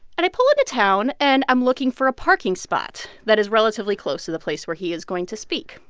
and i pull into town, and i'm looking for a parking spot that is relatively close to the place where he is going to speak.